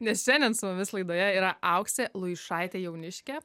nes šiandien su mumis laidoje yra auksė luišaitėjauniškė